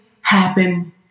happen